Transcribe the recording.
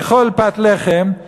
לאכול פת לחם,